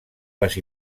les